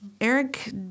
Eric